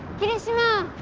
kirishima.